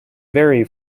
vary